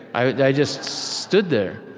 i just stood there.